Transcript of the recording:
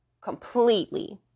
completely